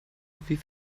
wie